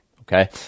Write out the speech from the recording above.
okay